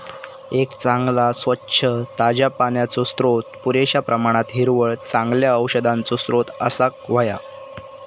एक चांगला, स्वच्छ, ताज्या पाण्याचो स्त्रोत, पुरेश्या प्रमाणात हिरवळ, चांगल्या औषधांचो स्त्रोत असाक व्हया